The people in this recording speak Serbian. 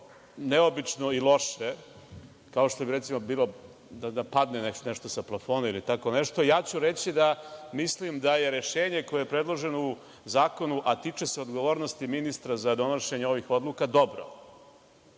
neobično i loše kao što bi recimo bilo da padne nešto sa plafona ili tako nešto, ja ću reći da mislim da je rešenje koje je predloženo u zakonu, a tiče se odgovornosti ministra za donošenje ovih odluka dobro,